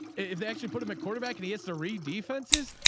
if they actually put him at quarterback and he gets to read defenses,